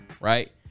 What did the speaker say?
Right